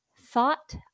Thought